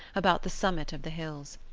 about the summit of the hills.